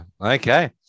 Okay